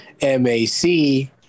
M-A-C